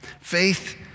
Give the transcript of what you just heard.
Faith